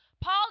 Paul